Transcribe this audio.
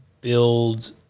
build